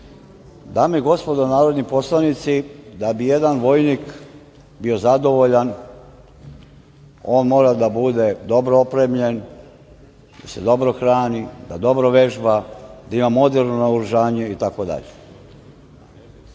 i gospodo narodni poslanici, da bi jedan vojnik bio zadovoljan, on mora da bude dobro opremljen, da se dobro hrani, da dobro vežba, da ima moderno naoružanje itd.U